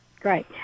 great